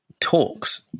talks